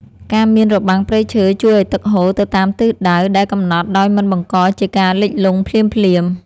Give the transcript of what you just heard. ការមានរបាំងព្រៃឈើជួយឱ្យទឹកហូរទៅតាមទិសដៅដែលកំណត់ដោយមិនបង្កជាការលិចលង់ភ្លាមៗ។